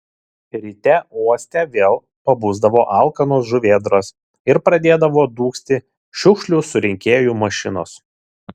ryte uoste vėl pabusdavo alkanos žuvėdros ir pradėdavo dūgzti šiukšlių surinkėjų mašinos